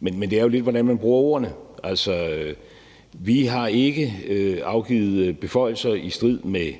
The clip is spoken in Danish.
Men det er jo lidt, hvordan man bruger ordene. Altså, vi har ikke afgivet beføjelser i strid med